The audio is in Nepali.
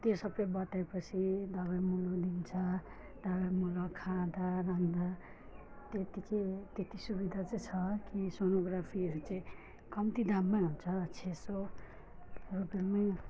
त्यो सबै बताएपछि दबाईमुलो दिन्छ दबाईमुलो खाँदा लगाउँदा त्यत्तिकै त्यत्ति सुविधा चाहिँ छ अनि सोनोग्राफीहरू चाहिँ कम्ती दाममै हुन्छ छ सौ रुपियाँमै